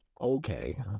Okay